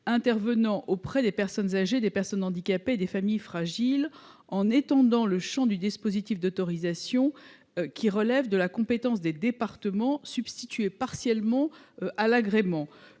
intervenant auprès des personnes âgées, des personnes handicapées et des familles fragiles en étendant le champ du dispositif d'autorisation, qui relève de la compétence des départements, substitué partiellement à l'agrément.